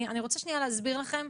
אני רוצה שנייה להסביר לכם,